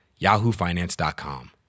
yahoofinance.com